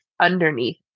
underneath